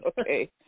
Okay